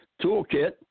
toolkit